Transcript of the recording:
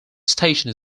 station